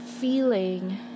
feeling